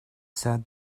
said